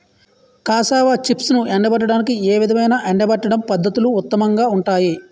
Cassava చిప్స్ను ఎండబెట్టడానికి ఏ విధమైన ఎండబెట్టడం పద్ధతులు ఉత్తమంగా ఉంటాయి?